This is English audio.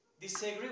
disagree